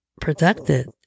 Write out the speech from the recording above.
protected